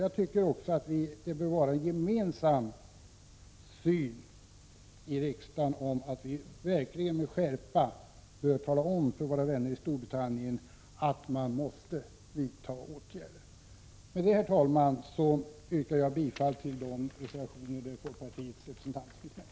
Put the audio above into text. Vi borde i riksdagen ha den gemensamma uppfattningen att vi med skärpa bör tala om för våra vänner i Storbritannien att man där måste vidta åtgärder. Herr talman! Med detta yrkar jag bifall till de reservationer som folkpartiets representanter i utskottet har undertecknat.